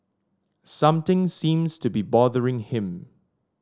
something seems to be bothering him